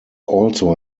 also